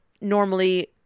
normally